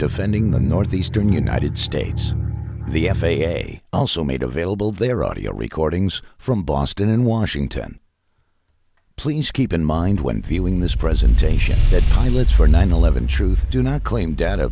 defending the northeastern united states the f a a also made available their audio recordings from boston in washington please keep in mind when viewing this presentation that pilots for nine eleven truth do not claim data